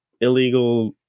illegal